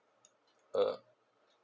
err